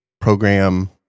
program